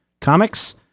Comics